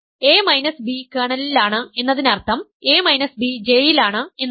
അതിനാൽ a b കേർണലിലാണ് എന്നതിനർത്ഥം a b J യിലാണ് എന്നാണ്